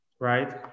right